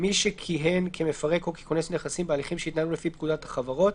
מי שכיהן כמפרק או ככונס נכסים בהליכים שהתנהלו לפי פקודת החברות,